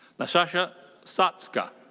natasha sacka.